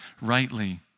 rightly